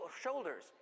shoulders